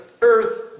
earth